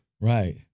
Right